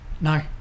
No